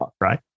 right